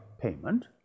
payment